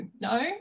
no